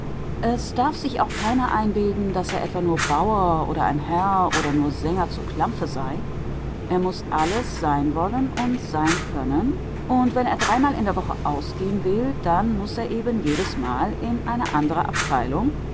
es darf sich auch keiner einbilden daß er etwa nur bauer oder ein herr oder nur sänger zur klampfe sei er muß alles sein wollen und sein können und wenn er dreimal in der woche ausgehen will dann muß er eben jedesmal in eine andere abteilung